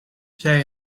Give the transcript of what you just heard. zij